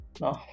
no